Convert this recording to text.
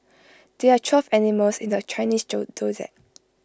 there are twelve animals in the Chinese zodiac